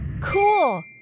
Cool